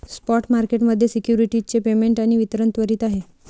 spot market मध्ये securities चे payment आणि वितरण त्वरित आहे